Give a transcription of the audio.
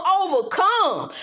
overcome